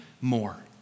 more